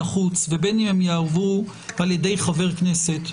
החוץ ובין אם הם ייאמרו על ידי חבר כנסת,